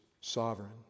sovereign